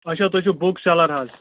اچھا تۄہہِ چھُ بُک چَلان حظ